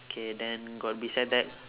okay then got beside that